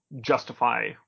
justify